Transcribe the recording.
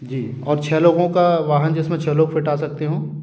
जी और छः लोगों का वाहन जिस में छः लोग फिट आ सकते हों